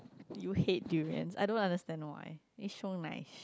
you hate durians I don't understand why it's so nice